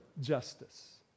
justice